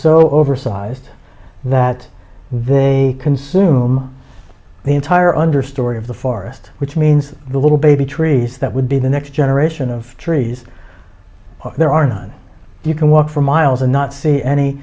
so oversized that they consume the entire understory of the forest which means the little baby trees that would be the next generation of trees there are none you can walk for miles and not see any